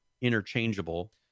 interchangeable